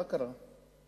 מה קרה?